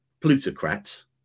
plutocrats